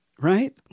Right